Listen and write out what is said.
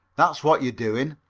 that's what you're doing.